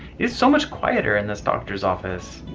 it's so much quieter in this doctor's office,